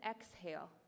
exhale